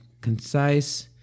concise